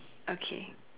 okay